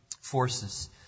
forces